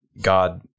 God